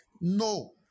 No